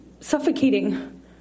suffocating